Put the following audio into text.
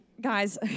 guys